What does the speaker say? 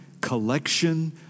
collection